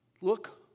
Look